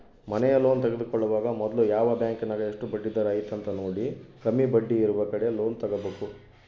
ಮನೆಯ ಲೋನ್ ತೆಗೆದುಕೊಳ್ಳುವಾಗ ಮೊದ್ಲು ಯಾವ ಬ್ಯಾಂಕಿನಗ ಎಷ್ಟು ಬಡ್ಡಿದರ ಐತೆಂತ ನೋಡಿ, ಕಮ್ಮಿ ಬಡ್ಡಿಯಿರುವ ಕಡೆ ಲೋನ್ ತಗೊಬೇಕು